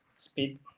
Speed